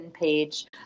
page